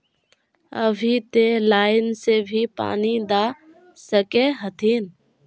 अभी ते लाइन से भी पानी दा सके हथीन?